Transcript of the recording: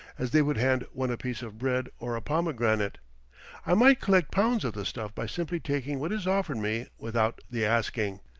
as they would hand one a piece of bread or a pomegranate i might collect pounds of the stuff by simply taking what is offered me without the asking.